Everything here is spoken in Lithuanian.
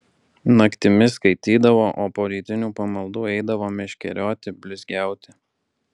naktimis skaitydavo o po rytinių pamaldų eidavo meškerioti blizgiauti